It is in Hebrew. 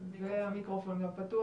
המיקרופון גם פתוח,